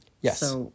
Yes